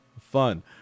fun